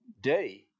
day